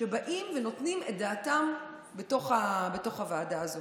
כשהם באים ונותנים את דעתם בתוך הוועדה הזאת.